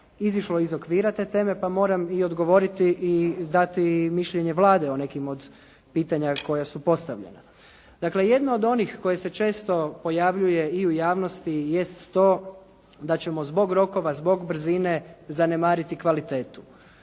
izišlo iz okvira te teme pa moram i odgovoriti i dati mišljenje Vlade o nekim od pitanja koja su postavljena. Dakle, jedno od onih koje se često pojavljuje i u javnosti jest to da ćemo zbog rokova, zbog brzine zanemariti kvalitetu.